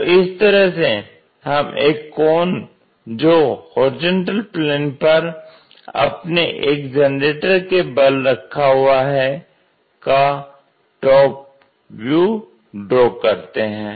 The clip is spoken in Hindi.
तो इस तरह से हम एक कॉन जो HP पर अपने एक जनरेटर के बल रखा हुआ है का टॉप व्यू ड्रॉ करते हैं